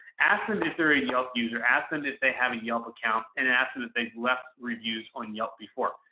ask them if they're a yelp user, ask them if they have a yelp account and ask them if they left reviews on yelp before.